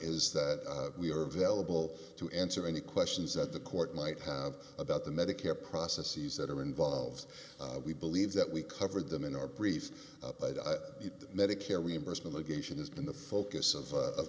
is that we are available to answer any questions that the court might have about the medicare processes that are involved we believe that we covered them in our brief medicare reimbursement negation has been the focus of